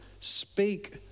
speak